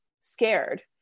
scared